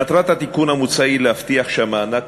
מטרת התיקון המוצע היא להבטיח שהמענק